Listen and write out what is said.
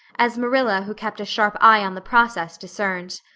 as marilla who kept a sharp eye on the process, discerned.